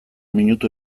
minutu